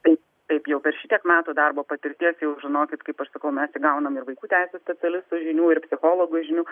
taip taip jau per šitiek metų darbo patirties jau žinokit kaip aš sakau mes įgaunam ir vaikų teisių specialistų žinių ir psichologų žinių